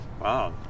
Wow